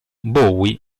bowie